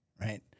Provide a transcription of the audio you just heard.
Right